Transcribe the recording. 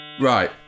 right